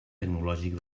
tecnològic